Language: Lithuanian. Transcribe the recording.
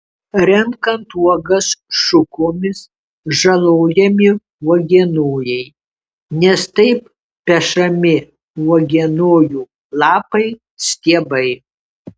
renkant uogas šukomis žalojami uogienojai nes taip pešami uogienojų lapai stiebai